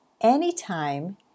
anytime